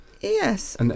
Yes